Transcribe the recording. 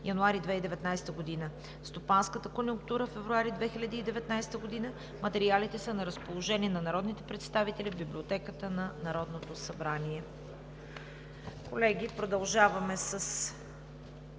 януари 2019 г.“ и „Стопанската конюнктура за месец февруари 2019 г.“ Материалите са на разположение на народните представители в Библиотеката на Народното събрание.